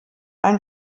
ein